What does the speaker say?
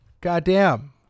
Goddamn